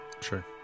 sure